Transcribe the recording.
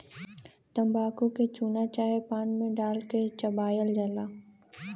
तम्बाकू के चूना चाहे पान मे डाल के चबायल जाला